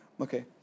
Okay